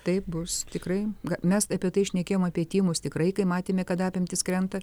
taip bus tikrai mes apie tai šnekėjom apie tymus tikrai kai matėme kad apimtys krenta